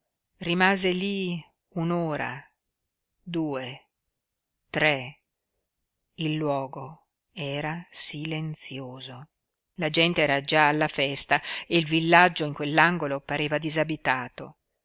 rimase lí un'ora due tre il luogo era silenzioso la gente era giú alla festa e il villaggio in quell'angolo pareva disabitato